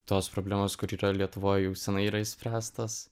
tos problemos kur yra lietuvoj jau senai yra išspręstos